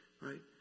right